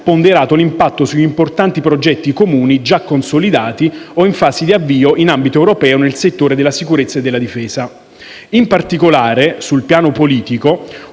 ponderato l'impatto su importanti progetti comuni già consolidati o in fase di avvio in ambito europeo nel settore della sicurezza e della difesa. In particolare, sul piano politico